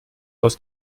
aus